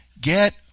get